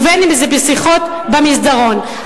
ובין בשיחות במסדרון.